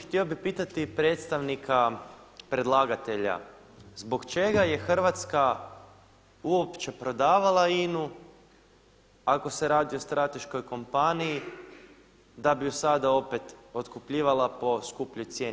Htio bi pitati predstavnika predlagatelja, zbog čega je Hrvatska uopće prodavala INA-u ako se radi o strateškoj kompaniji da bi ju sada opet otkupljivala po skupljoj cijeni?